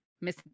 Miss